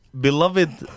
beloved